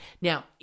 Now